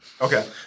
Okay